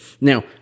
Now